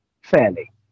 fairly